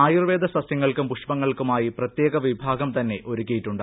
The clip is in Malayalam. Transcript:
ആയൂർവേദ സസ്യങ്ങൾക്കും പുഷ്പങ്ങൾക്കുമായി പ്രത്യേക വിഭാഗം തന്നെ ഒരുക്കിയിട്ടുണ്ട്